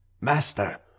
Master